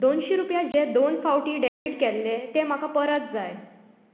दोनशी रुपया जे दोन फावटी डॅबीट केल्ले ते म्हाका परत जाय